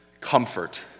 comfort